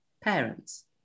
parents